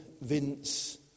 Vince